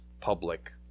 public